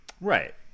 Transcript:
right